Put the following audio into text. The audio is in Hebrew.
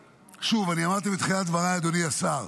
שוב, אמרתי בתחילת דבריי, אדוני השר,